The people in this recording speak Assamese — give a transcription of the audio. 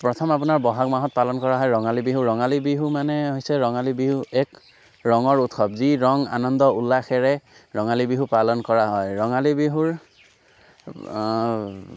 প্ৰথম আপোনাৰ বহাগ মাহত পালন কৰা হয় ৰঙালী বিহু ৰঙালী বিহু মানে হৈছে ৰঙালী বিহু এক ৰঙৰ উৎসৱ যি ৰং আনন্দ উল্লাহেৰে ৰঙালী বিহু পালন কৰা হয় ৰঙালী বিহুৰ